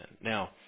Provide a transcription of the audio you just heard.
Now